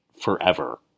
forever